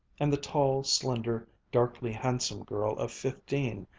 and the tall, slender, darkly handsome girl of fifteen,